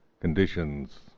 conditions